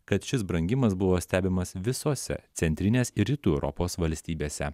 kad šis brangimas buvo stebimas visose centrinės ir rytų europos valstybėse